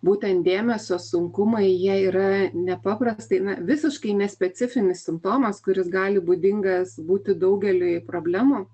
būtent dėmesio sunkumai jie yra nepaprastai na visiškai nespecifinis simptomas kuris gali būdingas būti daugeliui problemų